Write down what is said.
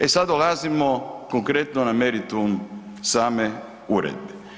E sad dolazimo konkretno na meritum same uredbe.